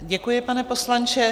Děkuji, pane poslanče.